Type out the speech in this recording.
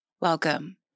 welcome